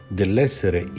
dell'essere